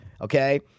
okay